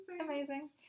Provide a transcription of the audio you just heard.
Amazing